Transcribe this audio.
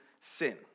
sin